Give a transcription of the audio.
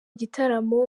gitaramo